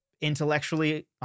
intellectually